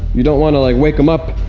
you don't want to like wake them up.